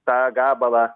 tą gabalą